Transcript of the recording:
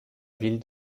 ville